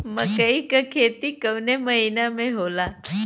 मकई क खेती कवने महीना में होला?